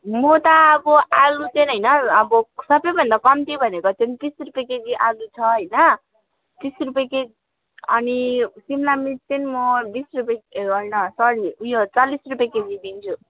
म ता अब आलु चाहिँ हैन अब सबैभन्दा कम्ती भनेको चाहिँ तिस रुपियाँ केजी आलु छ हैन तिस रुपियाँ केजी अनि सिमला मिर्च चाहिँ म बिस रुपियाँ ए हैन सरी ऊ यो चालिस रुपियाँ केजी दिन्छु